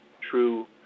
true